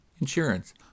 insurance